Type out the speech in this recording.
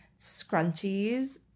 Scrunchies